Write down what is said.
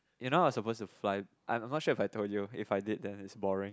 you know I suppose to fly I'm not sure if I have told you if I've did then is boring